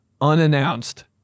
unannounced